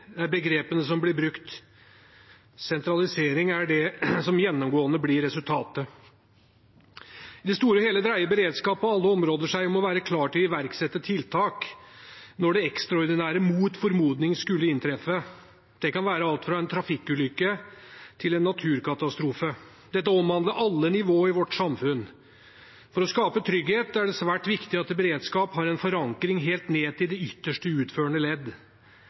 er begrepene som blir brukt, men sentralisering er det som gjennomgående blir resultatet. I det store og hele dreier beredskap seg på alle områder om å være klar til å iverksette tiltak når det ekstraordinære – mot formodning – skulle inntreffe. Det kan være alt fra en trafikkulykke til en naturkatastrofe. Dette omhandler alle nivå i vårt samfunn. For å skape trygghet er det svært viktig at beredskapen har en forankring helt ned til det ytterste, utførende